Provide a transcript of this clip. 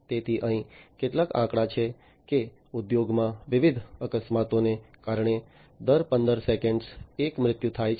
તેથી અહીં કેટલાક આંકડા છે કે ઉદ્યોગમાં વિવિધ અકસ્માતોને કારણે દર 15 સેકન્ડે એક મૃત્યુ થાય છે